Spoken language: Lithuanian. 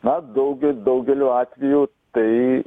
mat daugia daugeliu atvejų tai